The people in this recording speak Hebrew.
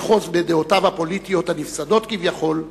לאחוז בדעותיו הפוליטיות הנפסדות כביכול,